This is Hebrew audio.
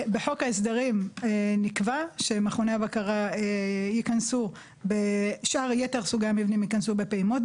בחוק ההסדרים נקבע שמכוני הבקרה ייכנסו ביתר סוגי המבנים בפעימות.